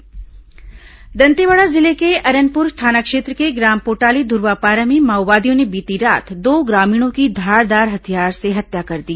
माओवादी हत्या दंतेवाड़ा जिले के अरनपुर थाना क्षेत्र के ग्राम पोटाली धुर्वापारा में माओवादियों ने बीती रात दो ग्रामीणों की धारदार हथियार से हत्या कर दी